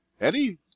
Eddie